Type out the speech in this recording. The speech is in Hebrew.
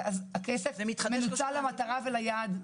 ואז הכסף מנוצל למטרה וליעד?